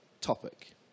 topic